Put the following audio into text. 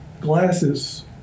glasses